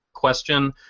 question